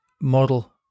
model